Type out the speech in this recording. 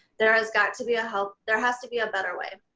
there has got to be a help. there has to be a better way.